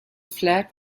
flag